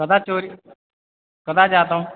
कदा चोरि कदा जातम्